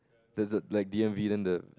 there's the like D M V then the